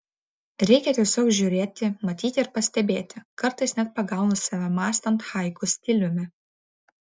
reikia tiesiog žiūrėti matyti ir pastebėti kartais net pagaunu save mąstant haiku stiliumi